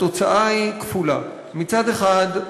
התוצאה היא כפולה: מצד אחד,